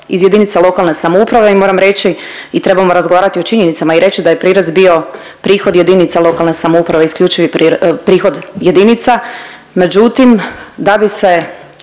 iz jedinica lokalne samouprave i moram reći i trebamo razgovarati o činjenicama i reći da je prirez bio prihod jedinica lokalne samouprave, isključivi prihod jedinica međutim da bi se